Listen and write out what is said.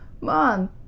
Mom